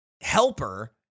helper